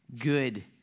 good